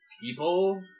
people